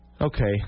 okay